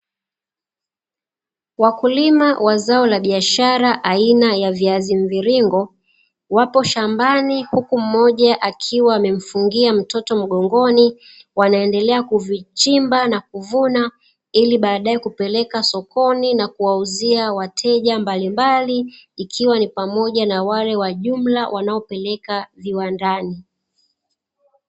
Wakulima wa zao la biashara aina ya viazi mviringo wapo shambani huku mmoja akiwa amenfumgia mtoto mgongoni, wanaendelea kuvichimba na kuvuna ili baadae kupeleka sokoni na kuwauzia wateja mbalimbali ikiwa ni pamoja na wale wa jumla wanaopeleka viwandani.